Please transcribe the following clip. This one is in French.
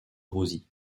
rosie